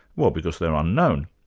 well because they're unknown.